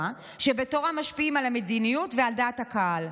שבתורם משפיעים על המדיניות ועל דעת הקהל.